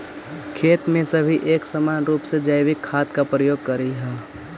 खेती में सभी एक समान रूप से जैविक खाद का प्रयोग करियह